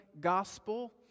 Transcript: gospel